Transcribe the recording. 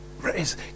Raise